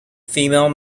female